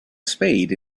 spade